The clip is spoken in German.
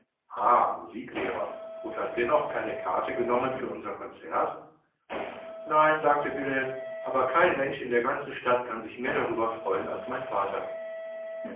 musiklehrer und hat dennoch kein billet genommen für unser konzert nein sagte wilhelm aber kein mensch in der ganzen stadt kann sich mehr darüber freuen als mein vater